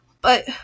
But